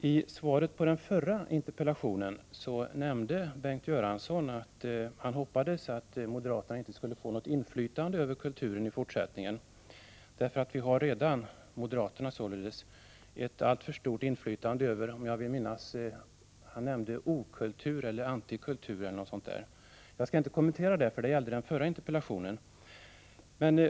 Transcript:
I svaret på den förra interpellatione" nämnde Bengt Göransson att han hoppades att moderaterna inte skulle få något inflytande över kulturen i fortsättningen, eftersom moderaterna redan har ett alltför stort inflytande över vad jag tror att han kallade för okultur eller antikultur. Jag skall inte kommentera detta, eftersom det gällde den förra interpellationen.